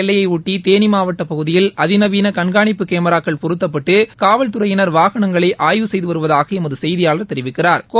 எல்லையையொட்டி தேனி மாவட்டப் பகுதியில் அதிநவீன கண்காணிப்பு கேமராக்கள் கேரள பொருத்தப்பட்டு காவல்துறையிான் வாகனங்களை ஆய்வு செய்து வருவதாக எமது செய்தியாளா் தெரிவிக்கிறாா்